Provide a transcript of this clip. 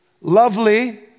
lovely